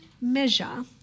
measure